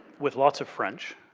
with lots of french.